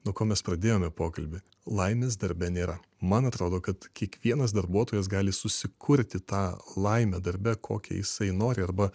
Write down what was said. nuo ko mes pradėjome pokalbį laimės darbe nėra man atrodo kad kiekvienas darbuotojas gali susikurti tą laimę darbe kokią jisai nori arba